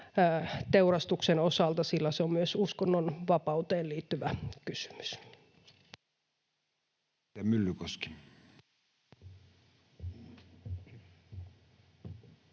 teurastuksen osalta, sillä se on myös uskonnonvapauteen liittyvä kysymys.